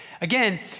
Again